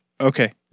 Okay